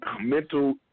mental